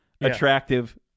Attractive